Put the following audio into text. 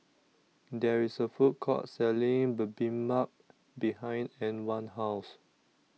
There IS A Food Court Selling Bibimbap behind Antwan's House